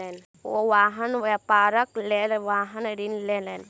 ओ वाहन व्यापारक लेल वाहन ऋण लेलैन